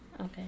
Okay